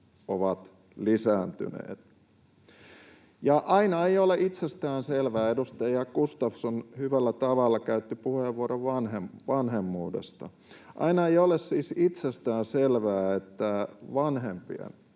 ovat lisääntyneet. Edustaja Gustafsson hyvällä tavalla käytti puheenvuoron vanhemmuudesta, ja aina ei ole itsestään selvää, että vanhempien